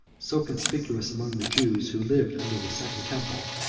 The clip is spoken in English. so conspicuous among the jews who lived under the second temple,